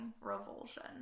revulsion